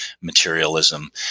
materialism